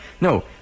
No